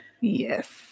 Yes